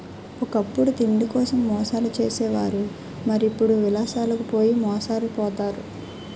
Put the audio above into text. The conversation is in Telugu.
ఒకప్పుడు తిండికోసం మోసాలు చేసే వారు మరి ఇప్పుడు విలాసాలకు పోయి మోసాలు పోతారు